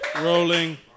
rolling